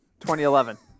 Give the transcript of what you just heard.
2011